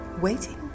waiting